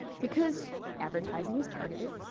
because advertising is targeted,